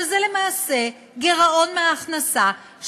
שזה למעשה גירעון מההכנסה,